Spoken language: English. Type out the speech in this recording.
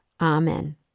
Amen